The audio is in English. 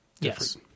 yes